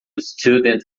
student